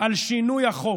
על שינוי החוק.